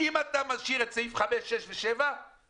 אני מנהל את השיח כדי שיצוף, ולכוון את זה.